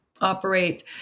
operate